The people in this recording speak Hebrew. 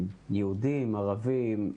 יהודים, ערבים,